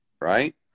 right